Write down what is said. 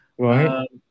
Right